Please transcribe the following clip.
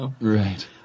Right